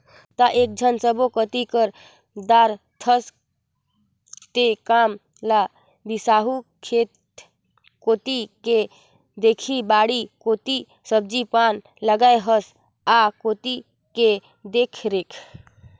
त एकेझन सब्बो कति कर दारथस तें काम ल बिसाहू खेत कोती के देखही बाड़ी कोती सब्जी पान लगाय हस आ कोती के देखरेख